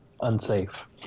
unsafe